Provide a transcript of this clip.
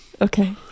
okay